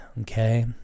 okay